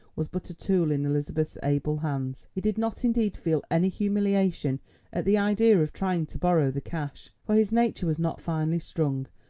was but a tool in elizabeth's able hands. he did not indeed feel any humiliation at the idea of trying to borrow the cash, for his nature was not finely strung,